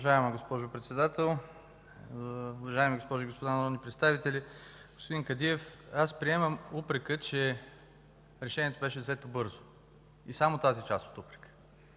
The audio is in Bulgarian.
Уважаема госпожо Председател, уважаеми госпожи и господа народни представители! Господин Кадиев, приемам упрека, че решението беше взето бързо, но само тази част от упрека.